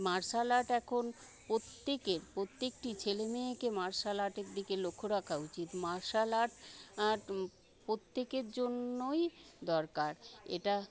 martial art এখন প্রত্যেকের প্রত্যেকটি ছেলেমেয়েকে মার্শাল আর্টের দিকে লক্ষ্য রাখা উচিৎ মার্শাল আর্ট প্রত্যেকের জন্যই দরকার এটা